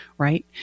right